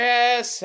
Yes